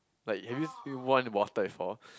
like have you water before